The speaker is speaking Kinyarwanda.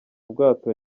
ubwato